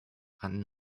and